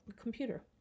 computer